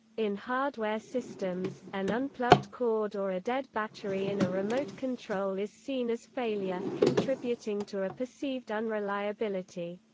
in hardware systems, an unplugged cord or a dead battery in a remote control is seen as failure, contributing to a perceived unreliability.